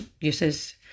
uses